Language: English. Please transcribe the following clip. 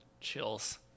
Chills